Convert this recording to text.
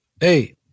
hey